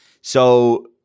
So-